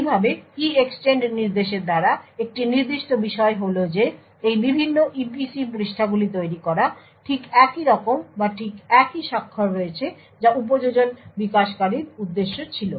এইভাবে EEXTEND নির্দেশের দ্বারা একটি নির্দিষ্ট বিষয় হল যে এই বিভিন্ন EPC পৃষ্ঠাগুলি তৈরি করা ঠিক একই রকম বা ঠিক একই স্বাক্ষর রয়েছে যা উপযোজন বিকাশকারীর উদ্দেশ্য ছিল